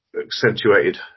accentuated